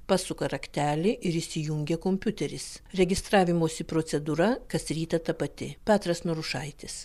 pasuka raktelį ir įsijungia kompiuteris registravimosi procedūra kas rytą ta pati petras norušaitis